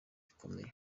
bikomeye